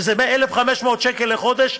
שזה מ-1,500 שקל לחודש,